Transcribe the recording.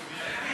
הדוכן,